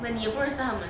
but 你也不认识他们